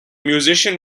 musician